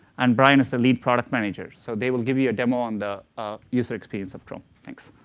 and brian is the lead product manager. so they will give you a demo on the user experience of chrome. thanks.